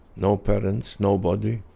no parents, nobody.